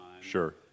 Sure